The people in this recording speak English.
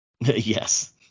Yes